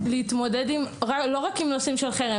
להתמודד לא רק עם נושאים של חרם,